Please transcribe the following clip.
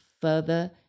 further